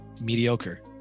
mediocre